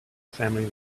family